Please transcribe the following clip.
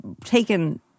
taken